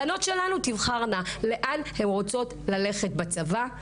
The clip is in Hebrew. הבנות שלנו תבחרנה לאן הן רוצות ללכת בצבא,